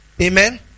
Amen